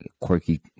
quirky